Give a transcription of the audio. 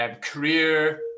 career